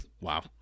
Wow